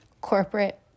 corporate